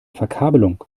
verkabelung